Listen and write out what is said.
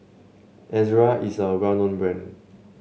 Ezerra is a well known brand